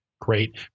Great